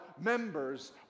members